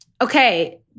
Okay